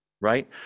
right